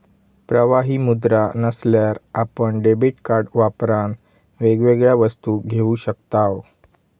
प्रवाही मुद्रा नसल्यार आपण डेबीट कार्ड वापरान वेगवेगळ्या वस्तू घेऊ शकताव